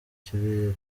kirere